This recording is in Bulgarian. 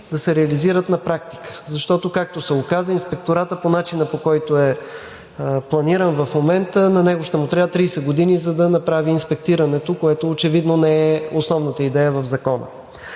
да се реализират на практика, защото за Инспектората се оказа, че по начина, по който е планиран в момента, ще му трябват 30 години да направи инспектирането, което очевидно не е основната идея в Закона.